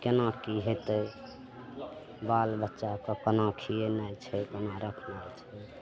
कोना कि हेतै बाल बच्चाकेँ कोना खिएनाइ छै कोना रखनाइ छै